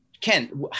Ken